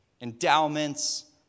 endowments